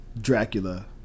Dracula